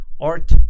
art